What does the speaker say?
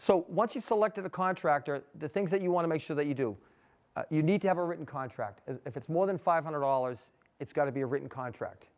so once you've selected the contractor the things that you want to make sure that you do you need to have a written contract if it's more than five hundred dollars it's got to be a written contract